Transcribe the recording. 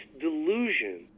delusion